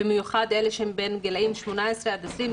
במיוחד אלה שהם בגילאים בין 18 עד 20,